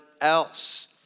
else